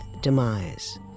demise